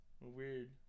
Weird